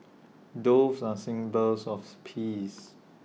doves are symbols of peace